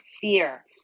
fear